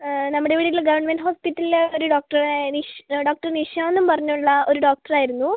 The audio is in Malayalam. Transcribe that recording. നമ്മുടെ ഇവിടെയുള്ള ഗവൺമെൻറ്റ് ഹോസ്പിറ്റലിലെ ഒരു ഡോക്ടർ ആയ ഡോക്ടർ നിഷ എന്ന് പറഞ്ഞുള്ള ഒരു ഡോക്ടർ ആയിരുന്നു